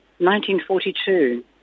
1942